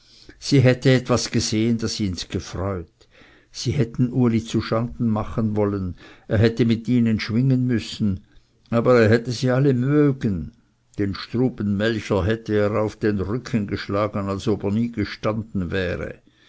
es hätte etwas gesehen das ihns gefreut sie hätten uli zuschanden machen wollen er hätte mit ihnen schwingen müssen aber er hätte sie alle mögen den struben melcher hätte er auf den rücken geschlagen als ob er nie gestanden wäre